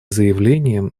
заявлениям